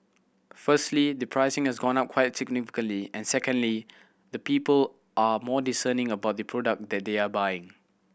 firstly the pricing has gone up quite significantly and secondly the people are more discerning about the product that they are buying